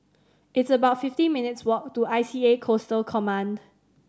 it's about fifteen minutes' walk to I C A Coastal Command